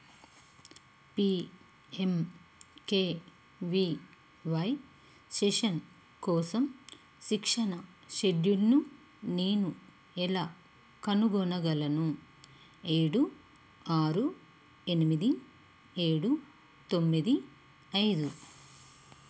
PMKVY session కోసం శిక్షణ షెడ్యూల్ను నేను ఎలా కనుగొనగలను ఏడు ఆరు ఎనిమిది ఏడు తొమ్మిది ఐదు